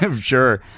sure